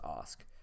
ask